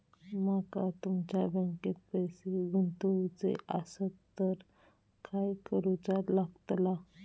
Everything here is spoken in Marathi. माका तुमच्या बँकेत पैसे गुंतवूचे आसत तर काय कारुचा लगतला?